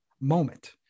moment